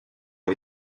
ont